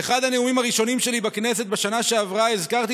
באחד הנאומים הראשונים שלי בכנסת בשנה שעברה הזכרתי